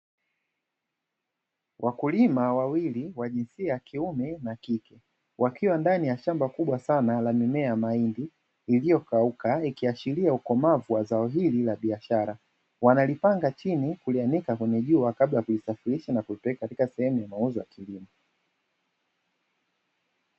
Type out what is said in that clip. Wakulima wawili wa jinsia ya kike na kiume wakiwa ndani ya shamba kubwa sana la mimea ya mahindi iliyokauka, ikiashiria ukomavu wa zao hilo la kibiashara. Wanalipanga chini na kulianika kwenye jua kabla ya kulipeleka katika sehemu ya mauzo ya kilimo.